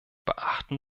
beachten